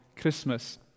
Christmas